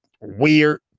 weird